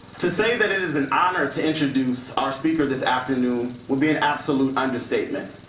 to say that it is an honor to introduce our speaker this afternoon would be an absolute understatement.